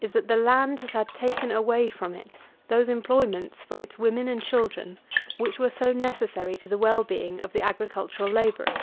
is, that the land has had taken away from it those employments for its women and children which were so necessary to the well-being of the agricultural labourer.